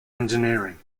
engineering